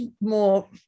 more